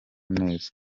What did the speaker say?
neza